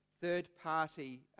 third-party